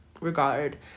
regard